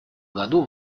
году